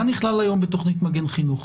מה נכלל היום בתוכנית מגן חינוך?